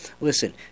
Listen